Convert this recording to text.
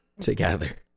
together